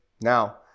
Now